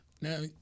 now